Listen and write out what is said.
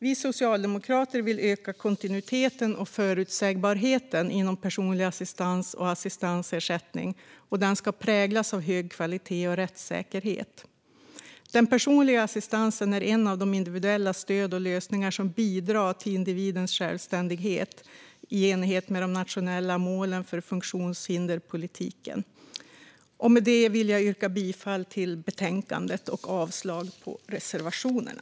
Vi socialdemokrater vill öka kontinuiteten och förutsägbarheten inom personlig assistans och assistansersättningen, som ska präglas av hög kvalitet och rättssäkerhet. Den personliga assistansen är ett av de individuella stöd och lösningar som bidrar till individens självständighet i enlighet med det nationella målet för funktionshinderspolitiken. Med detta yrkar jag bifall till utskottets förslag och avslag på reservationerna.